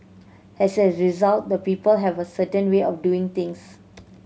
as a result the people have a certain way of doing things